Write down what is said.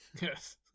Yes